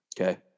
Okay